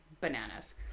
bananas